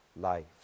life